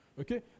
Okay